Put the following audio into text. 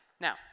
Now